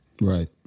Right